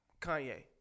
Kanye